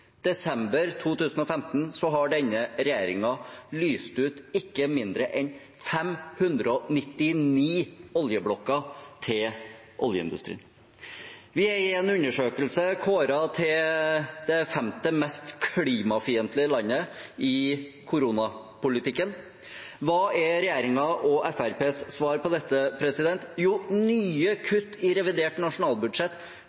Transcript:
desember 2015, har denne regjeringen lyst ut ikke mindre enn 599 oljeblokker til oljeindustrien. Vi er i en undersøkelse kåret til det femte mest klimafiendtlige landet med tanke på koronapolitikken. Hva er regjeringens og Fremskrittspartiets svar på dette? Jo, nye